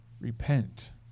Repent